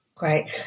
Great